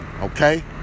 Okay